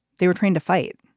they were trained to fight.